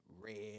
red